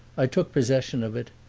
i took possession of it,